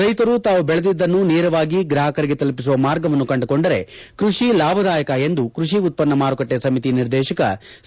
ರೈತರು ತಾವು ಬೆಳೆದಿದ್ದನ್ನು ನೇರವಾಗಿ ಗ್ರಾಹಕರಿಗೆ ತಲುಪಿಸುವ ಮಾರ್ಗವನ್ನು ಕಂಡುಕೊಂಡರೆ ಕೃಷಿ ಲಾಭದಾಯಕ ಎಂದು ಕೃಷಿ ಉತ್ಪನ್ನ ಮಾರುಕಟ್ಟೆ ಸಮಿತಿ ನಿರ್ದೇಶಕ ಸಿ